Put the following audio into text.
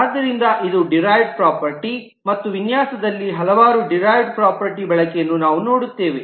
ಆದ್ದರಿಂದ ಇದು derived property ಮತ್ತು ವಿನ್ಯಾಸದಲ್ಲಿ ಹಲವಾರು ಡಿರೈವ್ಡ್ ಪ್ರಾಪರ್ಟಿ ಬಳಕೆಯನ್ನು ನಾವು ನೋಡುತ್ತೇವೆ